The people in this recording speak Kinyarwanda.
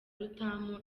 rutamu